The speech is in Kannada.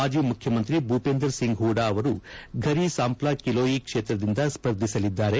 ಮಾಜಿ ಮುಖ್ಯಮಂತ್ರಿ ಭೂಪೇಂದರ್ ಸಿಂಗ್ ಹೂಡಾ ಅವರು ಫರಿ ಸಾಂಪ್ಡಾ ಕಿಲೋಯಿ ಕ್ಷೇತ್ರದಿಂದ ಸ್ಲರ್ಧಿಸಲಿದ್ದಾರೆ